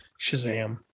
Shazam